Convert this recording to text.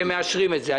שהם מאשרים את זה.